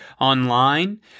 online